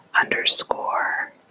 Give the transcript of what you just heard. underscore